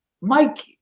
mike